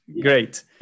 great